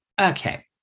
okay